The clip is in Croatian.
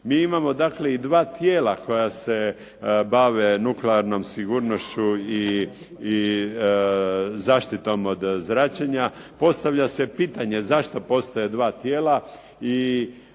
Mi imamo dakle i dva tijela koja se bave nuklearnom sigurnošću i zaštitom od zračenja. Postavlja se pitanje zašto postoje dva tijela i